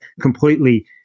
completely